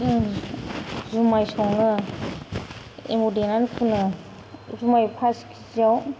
जों जुमाय सङो एमाव देनानै फुनो जुमाय फास किजिआव